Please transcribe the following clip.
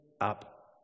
up